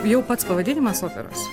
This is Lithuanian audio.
jau pats pavadinimas operos